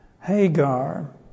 Hagar